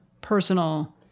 personal